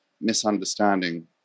misunderstanding